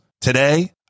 Today